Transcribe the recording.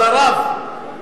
אתה רב.